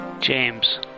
James